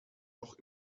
noch